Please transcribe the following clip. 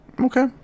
Okay